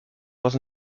was